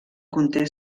conté